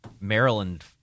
Maryland